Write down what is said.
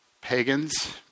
pagans